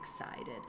excited